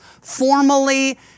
formally